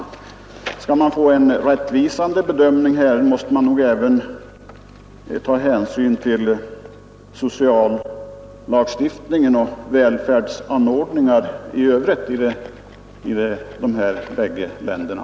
Om man skall få fran en rättvisande bedömning, måste man nog även ta hänsyn till den sociallagstiftning och övriga välfärdsanordningar som är rådande i de bägge länderna.